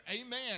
Amen